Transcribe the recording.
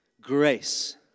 grace